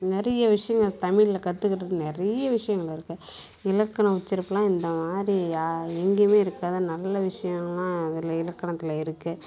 நிறைய விஷயங்கள் தமிழில் கற்றுக்குறதுக்கு நிறைய விஷயங்கள் இருக்குது இலக்கணம் உச்சரிப்பெல்லாம் இந்த மாதிரி யா எங்கேயுமே இருக்காதுன்னு நல்ல விஷயலாம் அதில் இலக்கணத்தில் இருக்குது